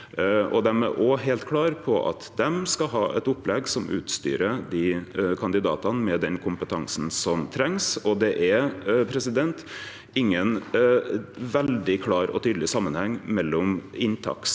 Dei er òg heilt klare på at dei skal ha eit opplegg som utstyrer kandidatane med den kompetansen som trengst, og det er ingen veldig klar og tydeleg samanheng mellom inntakskvalitet